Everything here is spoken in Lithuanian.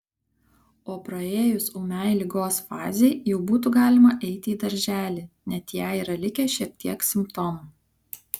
o praėjus ūmiai ligos fazei jau būtų galima eiti į darželį net jei yra likę šiek tiek simptomų